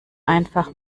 einfach